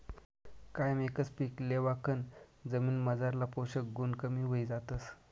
कायम एकच पीक लेवाकन जमीनमझारला पोषक गुण कमी व्हयी जातस